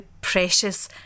precious